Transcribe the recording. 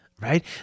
right